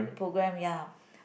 program ya